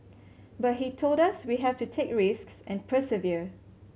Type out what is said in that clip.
but he told us we have to take risks and persevere